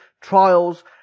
trials